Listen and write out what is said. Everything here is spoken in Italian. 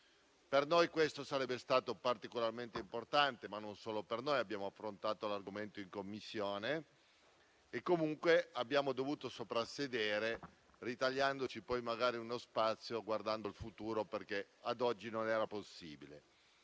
per noi sarebbe stato particolarmente importante, e non solo per noi. Abbiamo affrontato l'argomento in Commissione, ma alla fine abbiamo dovuto soprassedere, ritagliandoci magari uno spazio per fare questo in futuro, perché ad oggi non era possibile.